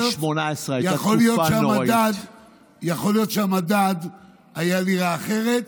יכול להיות שהמדד היה נראה אחרת,